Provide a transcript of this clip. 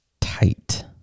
tight